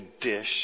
dish